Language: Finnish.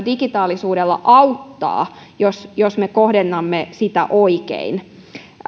digitaalisuudella myös auttaa jos jos me kohdennamme sitä oikein